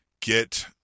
get